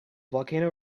volcano